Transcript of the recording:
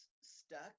stuck